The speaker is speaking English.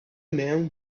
man